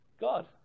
god